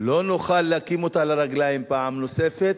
לא נוכל להקים אותה על הרגליים פעם נוספת,